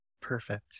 perfect